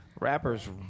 Rappers